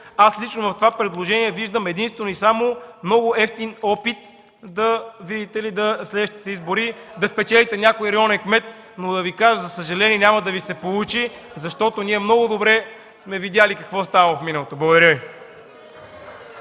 Лично аз в това предложение виждам единствено и само много евтин опит в следващите избори да спечелите някой районен кмет, но да Ви кажа, за съжаление, няма да Ви се получи, защото ние много добре сме видели какво става в миналото. Благодаря Ви.